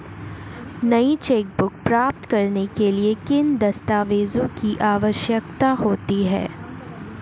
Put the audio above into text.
नई चेकबुक प्राप्त करने के लिए किन दस्तावेज़ों की आवश्यकता होती है?